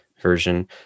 Version